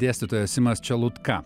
dėstytojas simas čelutka